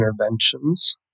interventions